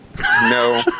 No